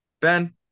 ben